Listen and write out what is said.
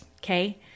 Okay